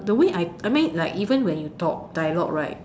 the way I I mean like even when you talk dialog right